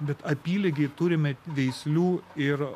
bet apylygiai turime veislių ir